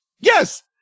Yes